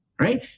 right